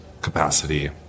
capacity